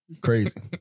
Crazy